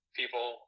people